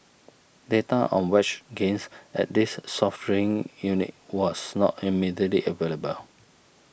data on wage gains at this soft drink unit was not immediately available